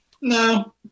No